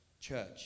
church